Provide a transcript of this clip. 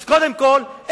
אז קודם כול,